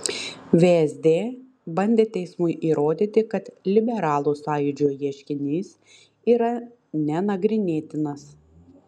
vsd bandė teismui įrodyti kad liberalų sąjūdžio ieškinys yra nenagrinėtinas